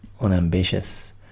unambitious